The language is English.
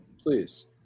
Please